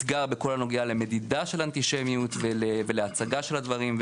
אתגר בכל הנוגע למדידה של אנטישמיות ולהצגה של הדברים.